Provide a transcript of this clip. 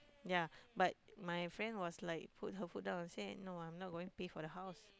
ya but my friend was like put her foot down and say no I'm not going pay for the house